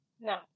No